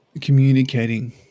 communicating